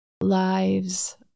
lives